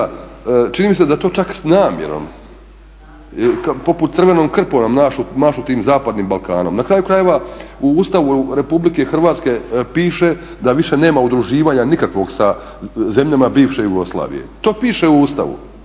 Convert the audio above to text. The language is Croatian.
čini mi se da to čak s namjerom poput crvenom krpom mašu tim zapadnim Balkanom. Na kraju krajeva u Ustavu RH piše da više nema udruživanja nikakvog sa zemljama bivše Jugoslavije. To piše u Ustavu,